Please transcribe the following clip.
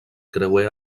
creuer